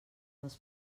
dels